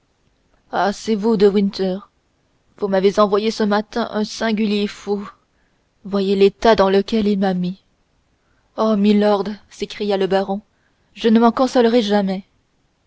ah c'est vous de winter vous m'avez envoyé ce matin un singulier fou voyez l'état dans lequel il m'a mis oh milord s'écria le baron je ne m'en consolerai jamais